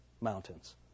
mountains